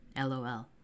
LOL